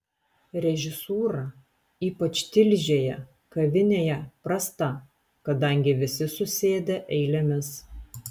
režisūra ypač tilžėje kavinėje prasta kadangi visi susėdę eilėmis